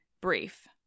brief